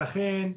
ולכן,